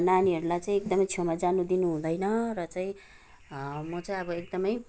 नानीहरूलाई चाहिँ एकदमै छेउमा जानु दुिनुहुँदैन र चाहिँ म चाहिँ अब एकदमै